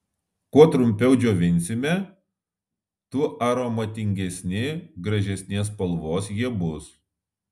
kuo trumpiau džiovinsime tuo aromatingesni gražesnės spalvos jie bus